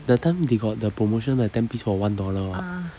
that time they got the promotion where ten piece for one dollar [what]